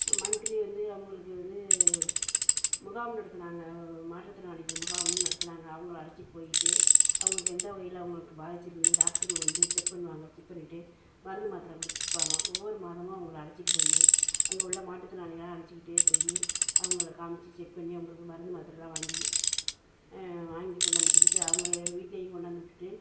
monthly வந்து அவங்களுக்கு வந்து முகாம் நடத்தினாங்க மாற்றுத் திறனாளிகள் முகாமுன்னு நடத்தினாங்க அவங்கள அழைச்சிட்டு போயிட்டு அவுவகளுக்கு எந்த வகையில் அவங்களுக்கு பாதித்திருக்குன்னு டாக்டருங்க வந்து செக் பண்ணுவாங்க செக் பண்ணிவிட்டு மருந்து மாத்திர கொடுத்துருப்பாங்க ஒவ்வொரு மாதமும் அவங்கள அழைச்சிட்டு போய் அங்கே உள்ள மாற்றுத்திறனாளிகளலாம் அழைச்சிகிட்டு போய் அவங்கள காமித்து செக் பண்ணி அவங்களுக்கு வந்து மாத்திரலாம் வாங்கி வாங்கி கொண்டு வந்து கொடுத்து அவங்களை வீட்லேயும் கொண்டாந்து விட்டுட்டு